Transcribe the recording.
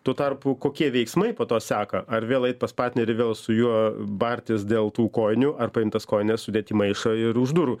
tuo tarpu kokie veiksmai po to seka ar vėl eit pas partnerį vėl su juo bartis dėl tų kojinių ar paimt tas kone sudėt į maišą ir už durų